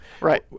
right